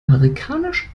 amerikanische